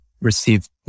received